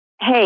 Hey